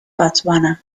botswana